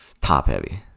top-heavy